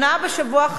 בשבוע האחרון,